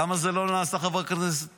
למה זה לא נעשה, חברת הכנסת